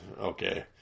Okay